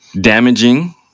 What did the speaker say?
damaging